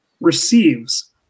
receives